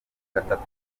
gatatu